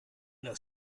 das